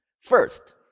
First